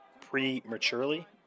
prematurely